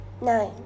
Nine